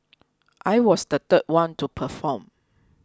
I was the third one to perform